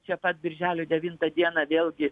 čia pat birželio devintą dieną vėlgi